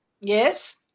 Yes